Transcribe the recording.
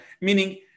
meaning